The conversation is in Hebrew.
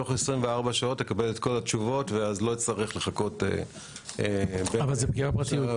תוך 24 שעות לקבל את כל התשובות ואז לא אצטרך לחכות שנה או שנתיים.